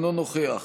אינו נוכח